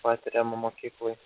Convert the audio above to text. patiriamo mokykloj